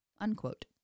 unquote